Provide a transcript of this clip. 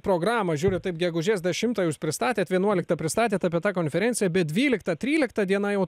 programą žiūriu taip gegužės dešimtą jūs pristatėt vienuoliktą pristatėt apie tą konferenciją bet dvylikta trylika diena jau